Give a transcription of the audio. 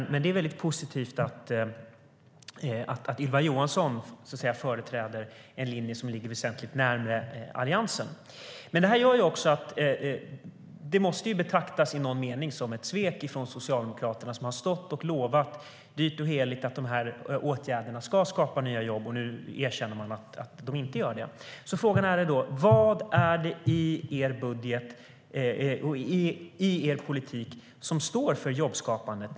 Men det är väldigt positivt att Ylva Johansson företräder en linje som ligger väsentligt närmare Alliansens. Frågan är då vad i er budget och i er politik som står för jobbskapande, Ylva Johansson.